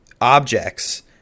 objects